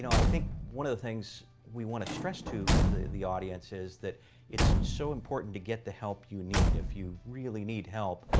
i think one of the things we want to stress to the the audience is that it's so important to get the help you need. if you really need help,